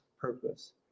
purpose